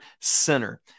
center